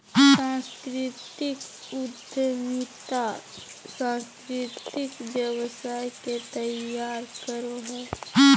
सांस्कृतिक उद्यमिता सांस्कृतिक व्यवसाय के तैयार करो हय